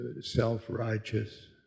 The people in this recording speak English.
self-righteous